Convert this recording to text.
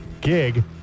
gig